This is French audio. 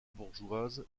bourgeoise